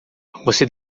você